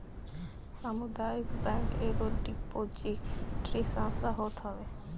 सामुदायिक बैंक एगो डिपोजिटरी संस्था होत हवे